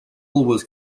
was